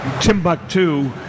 Timbuktu